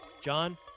John